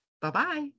Bye-bye